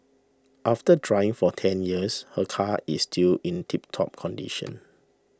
after driving for ten years her car is still in tiptop condition